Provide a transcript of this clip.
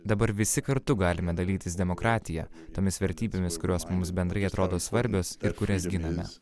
dabar visi kartu galime dalytis demokratija tomis vertybėmis kurios mums bendrai atrodo svarbios ir kurias giname